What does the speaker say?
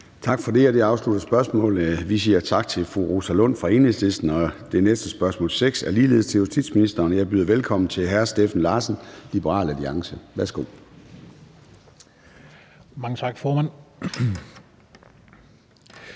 Tak for det. Det afslutter spørgsmålet. Vi siger tak til fru Rosa Lund fra Enhedslisten. Det næste spørgsmål, nr. 6, er ligeledes til justitsministeren, og jeg byder velkommen til hr. Steffen Larsen, Liberal Alliance. Kl.